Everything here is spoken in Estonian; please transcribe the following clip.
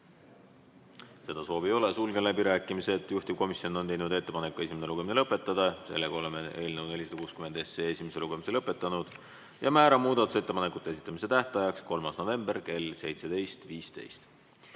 Seda soovi ei ole, sulgen läbirääkimised. Juhtivkomisjon on teinud ettepaneku esimene lugemine lõpetada. Oleme eelnõu 460 esimese lugemise lõpetanud. Määran muudatusettepanekute esitamise tähtajaks 3. novembri kell 17.15.